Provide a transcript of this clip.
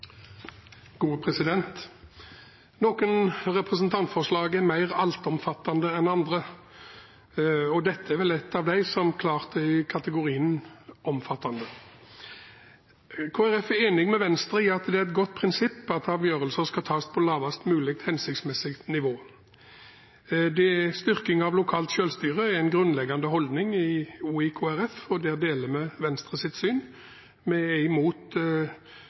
representantforslag er mer altomfattende enn andre, og dette er vel et av dem som klart er i kategorien «omfattende». Kristelig Folkeparti er enig med Venstre i at det er et godt prinsipp at avgjørelser skal tas på lavest mulig hensiktsmessig nivå. Styrking av lokalt selvstyre er en grunnleggende holdning også i Kristelig Folkeparti, og der deler vi Venstres syn. Vi er imot